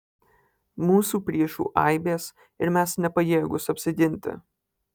mūsų priešų aibės ir mes nepajėgūs apsiginti